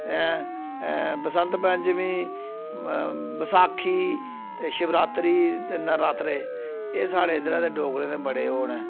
हैं बसंत पंचैमी बसाखी ते शिवरात्री ते नरातरे एह् साढ़े इद्धरा दे डोगरे दे बड़े ओह् न